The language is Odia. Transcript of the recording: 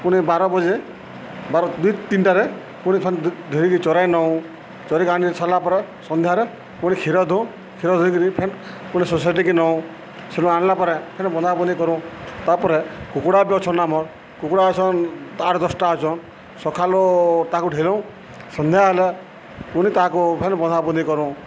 ପୁଣି ବାର ବଜେ ବାର ଦୁଇ ତିନିଟାରେ ପୁଣି ଫେନ୍ ଧୁଇକି ଚରାଇ ନଉଁ ଚରିକି ଆଣି ସାରିଲା ପରେ ସନ୍ଧ୍ୟାରେ ପୁଣି କ୍ଷୀର ଦଉଁ କ୍ଷୀର ଧୋଇକିରି ଫେନ୍ ପୁଣି ସୋସାଇଟିକେ ନଉଁ ସେନୁ ଆଣ୍ଲା ପରେ ଫେନ୍ ବନ୍ଧା ବନ୍ଧି କରୁଁ ତା'ପରେ କୁକୁଡ଼ା ବି ଅଛନ୍ ଆମର୍ କୁକୁଡ଼ା ଅଛନ୍ ଆଠ୍ ଦଶ୍ଟା ଅଛନ୍ ସଖାଲୁ ତାକୁ ଢ଼ିଉଁ ସନ୍ଧ୍ୟା ହେଲେ ପୁଣି ତାକୁ ଫେନ୍ ବନ୍ଧା ବନ୍ଧି କରୁଁ